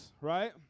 right